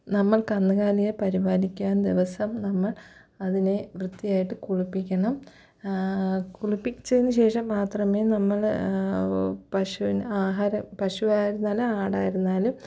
നമ്മൾ കന്നുകാലിയെ പരിപാലിക്കാൻ ദിവസം നമ്മൾ അതിനെ വൃത്തി ആയിട്ട് കുളിപ്പിക്കണം കുളിപ്പിച്ചതിന് ശേഷം മാത്രമേ നമ്മൾ പശുവിന് ആഹാരം പശു ആയിരുന്നാലും ആടായിരുന്നാലും